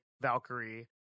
Valkyrie